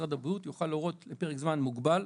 משרד הבריאות יוכל להורות לפרק זמן מוגבל,